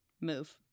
move